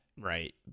right